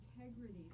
integrity